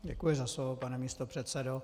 Děkuji za slovo, pane místopředsedo.